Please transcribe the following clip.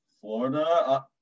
Florida